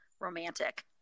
romantic